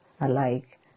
alike